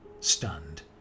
stunned